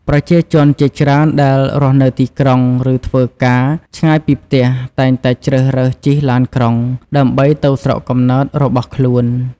ប្រជាជនជាច្រើនដែលរស់នៅទីក្រុង ឬធ្វើការឆ្ងាយពីផ្ទះតែងតែជ្រើសរើសជិះឡានក្រុង ដើម្បីទៅស្រុកកំណើតរបស់ខ្លួន។